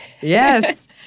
Yes